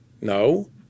No